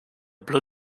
blue